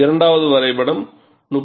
இரண்டாவது வரைபடம் 31